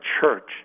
Church